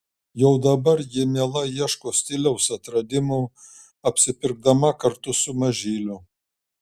jau dabar ji mielai ieško stiliaus atradimų apsipirkdama kartu su mažyliu